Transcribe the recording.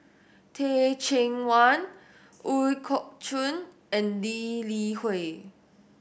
Teh Cheang Wan Ooi Kok Chuen and Lee Li Hui